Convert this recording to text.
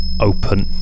open